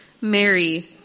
mary